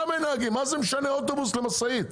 מה זה משנה אוטובוס למשאית?